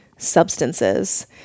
substances